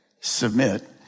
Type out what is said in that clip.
Submit